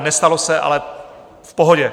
Nestalo se, ale v pohodě.